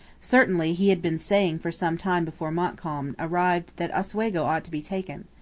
certainly he had been saying for some time before montcalm arrived that oswego ought to be taken.